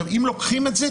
אם לוקחים את זה,